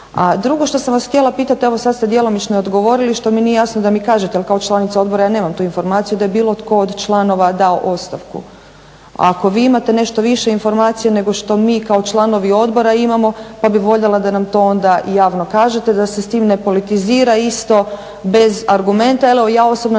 drugo što sam vas htjela pitati, evo sad ste djelomično i odgovorili, što mi nije jasno da mi kažete, jer kao članica odbora ja nemam tu informaciju da je bilo tko od članova dao ostavku. Ako vi imate nešto više informacija nego što mi kao članova odbora imamo, pa bi voljela da nam to onda i javno kažete da se s tim ne politizira isto bez argumenta, jel ja osobno nemam